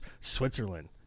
Switzerland